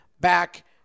back